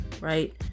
right